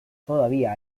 todavía